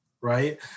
right